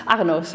Arno